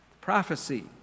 Prophecy